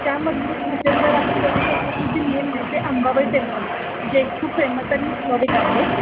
त्यामधलं मध्ये जर आपण बघू शकतो की जे मेन आहे ते अंबाबाई टेम्पल जे खूप फेमस आणि हिस्टॉरिक आहे